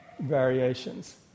variations